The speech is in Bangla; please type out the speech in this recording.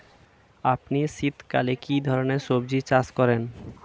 আপনি শীতকালে কী ধরনের সবজী চাষ করেন?